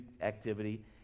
activity